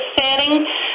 setting